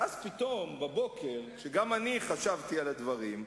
ואז פתאום בבוקר, כשגם אני חשבתי על הדברים,